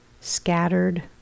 scattered